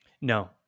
No